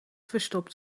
verstopt